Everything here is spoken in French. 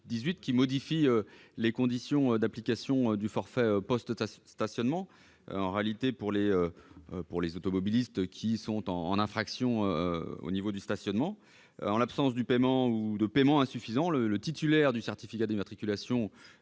a modifié les conditions d'application du forfait post-stationnement pour les automobilistes qui sont en infraction au regard des règles de stationnement. En l'absence de paiement ou en cas de paiement insuffisant, le titulaire du certificat d'immatriculation